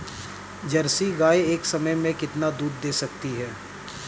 Jersey गाय एक समय में कितना दूध दे सकती है?